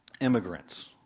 immigrants